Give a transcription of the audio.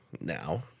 now